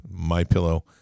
MyPillow